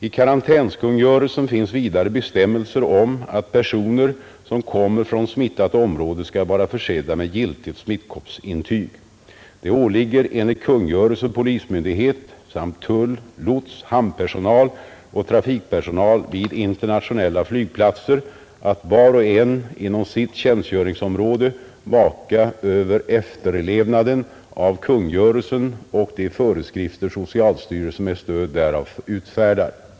I karantänskungörelsen finns vidare bestämmelser om att personer som kommer från smittat område skall vara försedda med giltigt smittkoppsintyg. Det åligger enligt kungörelsen polismyndighet samt tull, lots, hamnpersonal och trafikpersonal vid internationella flygplatser att var och en inom sitt tjänstgöringsområde vaka över efterlevnaden av kungörelsen och de föreskrifter socialstyrelsen med stöd därav utfärdar.